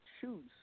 shoes